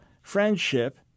friendship